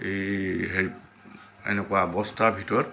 এই হেৰি এনেকুৱা বস্তাৰ ভিতৰত